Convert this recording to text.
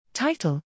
Title